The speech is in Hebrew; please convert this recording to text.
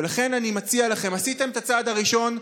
ולכן אני מציע לכם: עשיתם את הצעד הראשון,